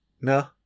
No